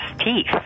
Teeth